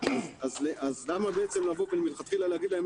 אז למה בעצם לבוא ומלכתחילה להגיד להם,